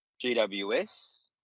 GWS